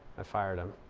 i fired him.